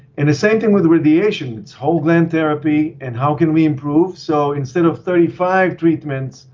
and the same thing with radiation. it's whole gland therapy and how can we improve? so instead of thirty five treatments